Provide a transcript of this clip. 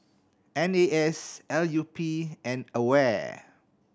N A S L U P and AWARE